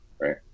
right